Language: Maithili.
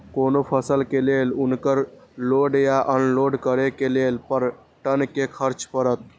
कोनो फसल के लेल उनकर लोड या अनलोड करे के लेल पर टन कि खर्च परत?